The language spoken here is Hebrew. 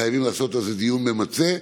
חייבים לעשות על זה דיון ממצה.